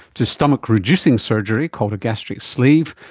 to stomach reducing surgery called a gastric sleeve,